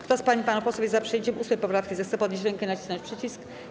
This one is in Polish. Kto z pań i panów posłów jest za przyjęciem 8. poprawki, zechce podnieść rękę i nacisnąć przycisk.